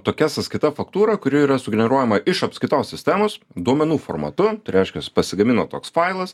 tokia sąskaita faktūra kuri yra sugeneruojama iš apskaitos sistemos duomenų formatu tai reiškias pasigamino toks failas